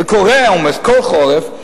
וקורה עומס כל חורף,